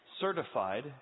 certified